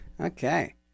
Okay